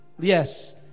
Yes